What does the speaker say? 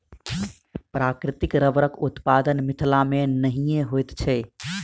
प्राकृतिक रबड़क उत्पादन मिथिला मे नहिये होइत छै